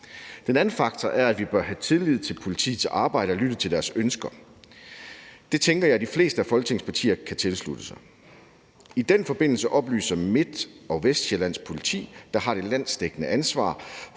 Den anden faktor er, at vi bør have tillid til politiets arbejde og lytte til deres ønsker. Det tænker jeg at de fleste af Folketingets partier kan tilslutte sig. I den forbindelse oplyser Midt- og Vestsjællands Politi, der har det landsdækkende ansvar